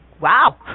wow